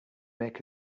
make